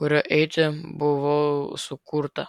kuriuo eiti buvau sukurta